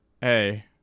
hey